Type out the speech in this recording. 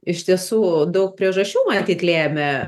iš tiesų daug priežasčių matyt lėmė